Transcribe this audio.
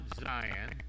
Zion